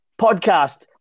podcast